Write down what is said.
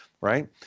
right